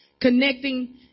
connecting